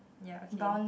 ya okay